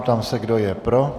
Ptám se, kdo je pro.